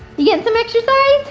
you getting some exercise?